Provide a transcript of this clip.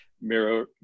mirror